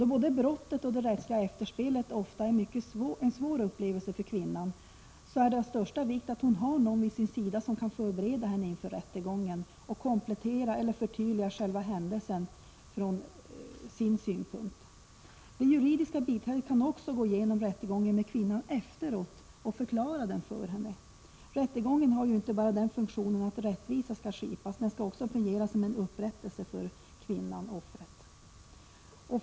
Då både brottet och det rättsliga efterspelet ofta är en mycket svår upplevelse för kvinnan är det av största vikt att hon har någon vid sin sida som kan förbereda henne inför rättegången och komplettera eller förtydliga själva händelsen från hennes synpunkt. Det juridiska biträdet kan också gå igenom rättegången med kvinnan efteråt och förklara den för henne. Rättegången har inte bara den funktionen att rättvisa skall skipas, den skall också fungera som en upprättelse för kvinnan-offret.